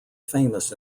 famous